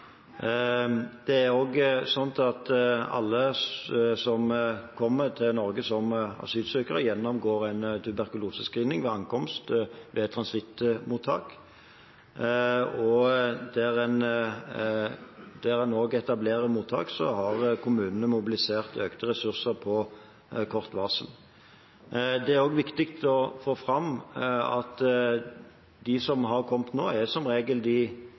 Det er også slik at alle som kommer til Norge som asylsøkere, gjennomgår en tuberkulosescreening ved ankomst til transittmottak. Der en også etablerer mottak, har kommunene mobilisert økte ressurser på kort varsel. Det er også viktig å få fram at de som har kommet nå, som regel er de